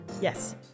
Yes